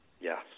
Yes